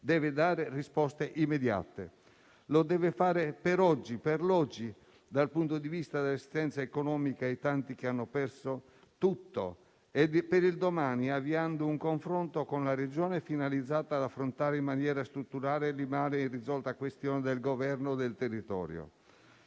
deve dare risposte immediate. Lo deve fare per l'oggi dal punto di vista dell'assistenza economica ai tanti che hanno perso tutto, e per il domani, avviando un confronto con la Regione finalizzato ad affrontare in maniera strutturale e risolvere la questione del governo del territorio.